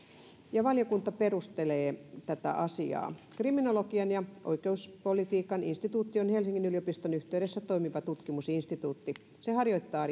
valiokunta perustelee tätä asiaa kriminologian ja oikeuspolitiikan instituutti on helsingin yliopiston yhteydessä toimiva tutkimusinstituutti se harjoittaa